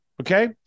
okay